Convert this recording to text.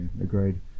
agreed